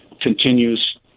continues